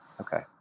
Okay